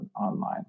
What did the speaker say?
online